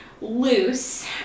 loose